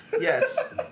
Yes